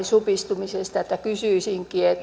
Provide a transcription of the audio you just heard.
supistumisesta kysyisinkin